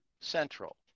Central